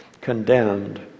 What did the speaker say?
condemned